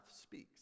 speaks